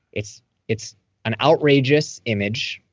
it's it's an outrageous image.